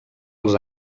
als